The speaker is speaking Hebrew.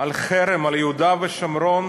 לחרם על יהודה ושומרון,